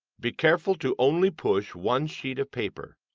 be careful to only push one sheet of paper,